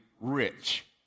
rich